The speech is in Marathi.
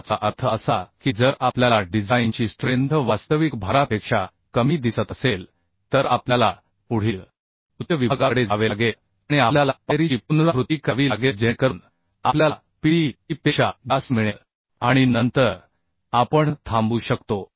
याचा अर्थ असा की जर आपल्याला डिझाइनची स्ट्रेंथ वास्तविक भारापेक्षा कमी दिसत असेल तर आपल्याला पुढील उच्च विभागाकडे जावे लागेल आणि आपल्याला पायरीची पुनरावृत्ती करावी लागेल जेणेकरून आपल्याला PDE P पेक्षा जास्त मिळेल आणि नंतर आपण थांबू शकतो